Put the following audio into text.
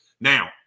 Now